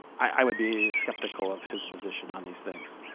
i would be skeptical of his position on these things.